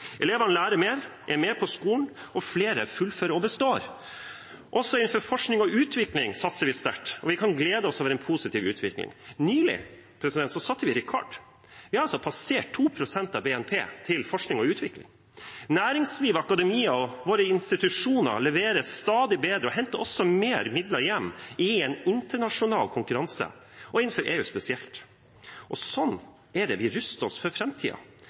Elevene lærer mer og er mer på skolen, og flere fullfører og består. Også innenfor forskning og utvikling satser vi sterkt. Vi kan glede oss over en positiv utvikling. Nylig satte vi rekord. Vi har passert 2 pst. av BNP til forskning og utvikling. Næringslivet, akademia og våre institusjoner leverer stadig bedre og henter også mer midler hjem i internasjonal konkurranse, spesielt innenfor EU. Sånn er det vi ruster oss for